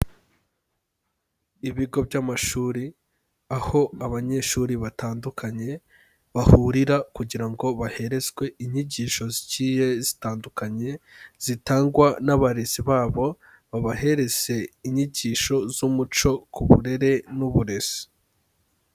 Ibigo by'amashuri, aho abanyeshuri batandukanye bahurira kugira ngo baherezwe inyigisho zigiye zitandukanye, zitangwa n'abarezi babo babahereze inyigisho z'umuco ku burere n'uburezi.